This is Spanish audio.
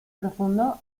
profundo